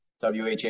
WHA